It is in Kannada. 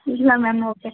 ಇಲ್ಲ ಮ್ಯಾಮ್ ಓಕೆ